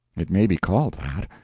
it may be called that.